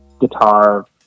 guitar